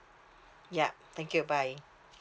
ya thank you bye